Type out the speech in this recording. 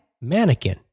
mannequin